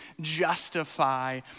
justify